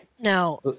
Now